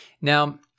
Now